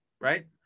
right